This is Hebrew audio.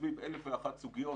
סביב אלף ואחת סוגיות,